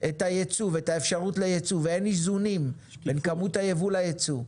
את הייצוא ואת האפשרות לייצוא ואין איזונים בין כמות הייבוא לייצוא,